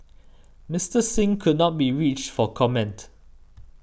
Mister Singh could not be reached for comment